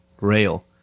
rail